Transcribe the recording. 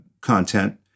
content